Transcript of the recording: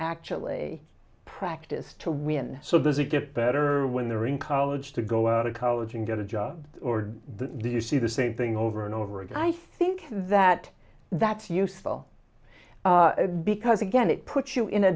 actually practice to win so does it get better when they're in college to go out of college and get a job or that you see the same thing over and over again i think that that's useful because again it puts you in a